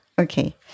Okay